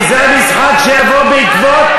כי זה המשחק שיבוא בעקבות,